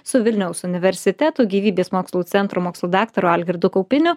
su vilniaus universiteto gyvybės mokslų centro mokslų daktaru algirdu kaupiniu